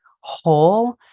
whole